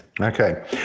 okay